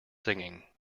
singing